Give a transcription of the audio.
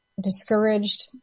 discouraged